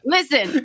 Listen